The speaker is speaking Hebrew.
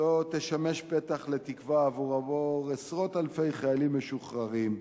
היא תשמש פתח לתקווה עבור עשרות אלפי חיילים משוחררים,